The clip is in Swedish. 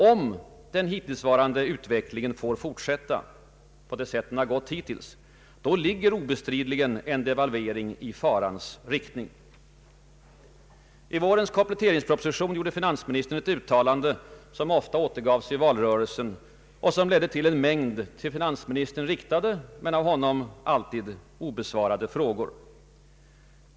Om den hittillsvarande utvecklingen får fortsätta så som hittills, ligger obestridligen en devalvering i farans riktning. I vårens kompletteringsproposition gjorde finansministern ett uttalande, som ofta återgavs i valrörelsen och som föranledde en mängd till finansministern riktade men av honom obesvarade frågor.